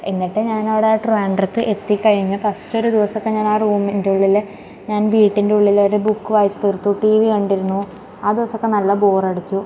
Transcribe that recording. എന്നിട്ട് ഞാനവിടെ ട്രിവാൻഡ്രത്ത് എത്തി കഴിഞ്ഞ ഫസ്റ്റൊരു ദിവസക്കെ ഞാനാ റൂമിൻറ്റുള്ളിൽ ഞാൻ വീട്ടിൻറ്റുള്ളിൽ ഒരു ബുക്ക് വായിച്ച് തീർത്തു ടി വി കണ്ടിരുന്നു ആ ദിവസമൊക്കെ നല്ല ബോറടിച്ചു